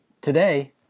today